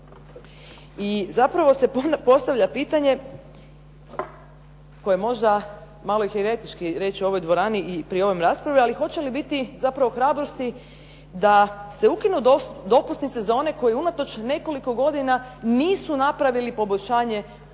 I zapravo se postavlja pitanje koje je možda malo je i hijeretički reći u ovoj dvorani i pri ovoj raspravi, ali hoće li biti zapravo hrabrosti da se ukinu dopusnice za one koji unatoč nekoliko godina nisu napravili poboljšanje u tim